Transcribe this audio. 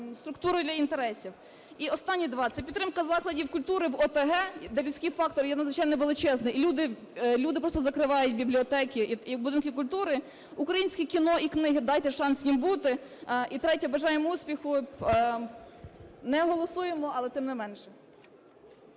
структуру для інтересів. І останні два. Це підтримка закладів культури в ОТГ, де людський фактор є надзвичайно величезний. Люди просто закривають бібліотеки і будинки культури. Українське кіно і книги. Дайте шанс їм бути. І третє. Бажаємо успіху. Не голосуємо, але тим не менше.